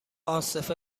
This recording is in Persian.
عاصف